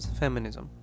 feminism